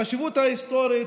החשיבות ההיסטורית,